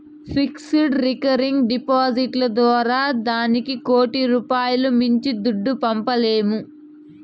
fixed, recurring డిపాడిట్లు ద్వారా దినానికి కోటి రూపాయిలు మించి దుడ్డు పంపలేము